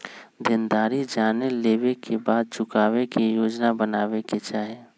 देनदारी जाने लेवे के बाद चुकावे के योजना बनावे के चाहि